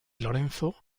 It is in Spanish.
lorenzo